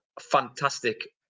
fantastic